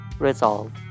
resolve